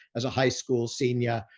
as a high school senior,